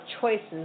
choices